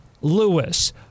Lewis